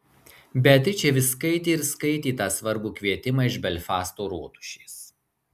beatričė vis skaitė ir skaitė tą svarbų kvietimą iš belfasto rotušės